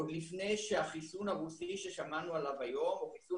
עוד לפני שהחיסון הרוסי ששמענו עליו היום או החיסון